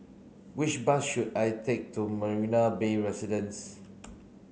which bus should I take to Marina Bay Residences